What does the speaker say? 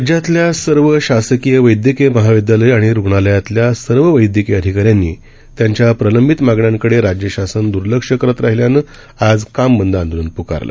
राज्यातल्या सर्व शासकीय वैद्यकीय महाविद्यालयं आणि रुग्णालयातल्या सर्व वैद्यकीय अधिकाऱ्यांनी त्यांच्या प्रलंबित मागण्यांकडे राज्यशासन द्र्लक्ष करत राहिल्यानं केल्यानं आज काम बंद आंदोलन प्कारलं